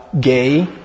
gay